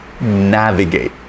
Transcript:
navigate